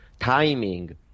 timing